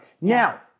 Now